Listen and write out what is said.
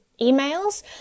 emails